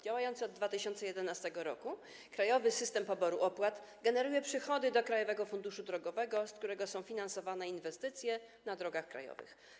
Działający od 2011 r. Krajowy System Poboru Opłat generuje przychody do Krajowego Funduszu Drogowego, z którego są finansowane inwestycje na drogach krajowych.